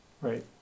right